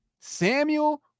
Samuel